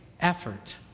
effort